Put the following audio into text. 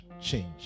change